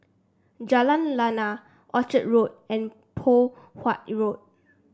Jalan Lana Orchard Road and Poh Huat Road